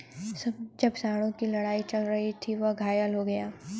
जब सांडों की लड़ाई चल रही थी, वह घायल हो गया